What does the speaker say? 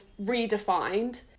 redefined